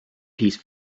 piece